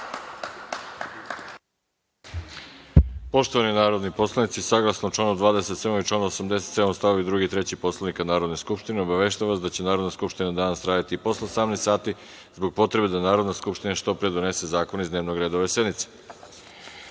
Poštovani narodni poslanici, saglasno članu 27. i članu 87. st. 2. i 3. Poslovnika Narodne skupštine, obaveštavam vas da će Narodna skupština danas raditi i posle 18.00 sati zbog potrebe da Narodna skupština što pre donese zakone iz dnevnog reda ove sednice. Na